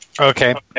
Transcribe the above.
Okay